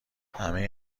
همه